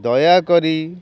ଦୟାକରି